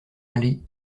aller